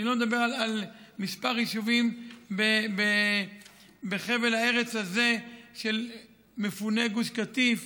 אני לא מדבר על כמה יישובים בחבל הארץ הזה של מפוני גוש קטיף,